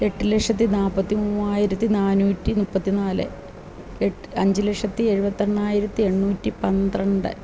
എട്ടു ലക്ഷത്തി നാല്പത്തി മൂവായിരത്തി നാന്നൂറ്റി മുപ്പത്തിനാല് എട്ട് അഞ്ചു ലക്ഷത്തി എഴുപത്തെണ്ണായിരത്തി എണ്ണൂറ്റി പന്ത്രണ്ട്